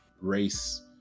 race